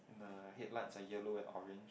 the headlights are yellow and orange